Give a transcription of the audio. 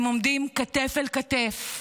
הם עומדים כתף אל כתף,